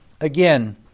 again